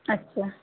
अछा